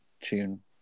tune